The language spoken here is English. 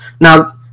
now